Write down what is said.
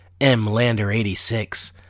MLander86